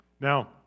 Now